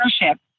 ownership